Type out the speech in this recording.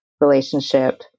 relationship